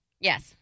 Yes